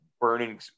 burning